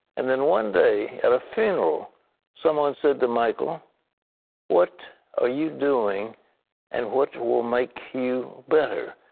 and then one day at a funeral someone said to michael what are you doing and what will make you better?